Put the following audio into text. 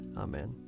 Amen